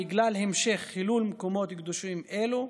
בגלל המשך חילול מקומות קדושים אלו,